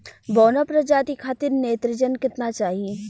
बौना प्रजाति खातिर नेत्रजन केतना चाही?